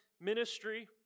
ministry